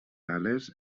ales